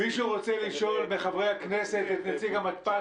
נאמר פה שאישה הולכת בעקבות